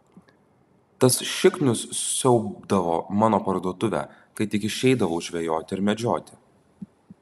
tas šiknius siaubdavo mano parduotuvę kai tik išeidavau žvejoti ar medžioti